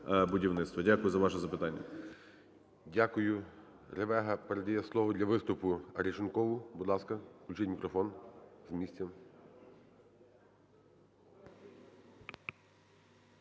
Дякую за ваше запитання.